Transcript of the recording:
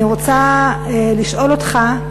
אני רוצה לשאול אותך: